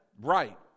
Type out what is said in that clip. Right